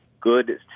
good